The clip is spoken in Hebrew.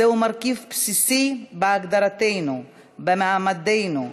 הוא מרכיב בסיסי בהגדרתנו, במעמדנו.